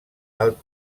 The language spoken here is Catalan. alt